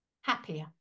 happier